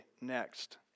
next